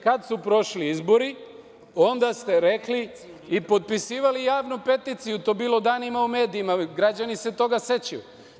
Kad su prošli izbori onda ste rekli i potpisivali javnu peticiju, to je bilo danima u medijima, građani se toga sećaju.